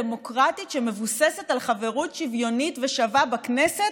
דמוקרטית שמבוססת על חברות שוויונית ושווה בכנסת,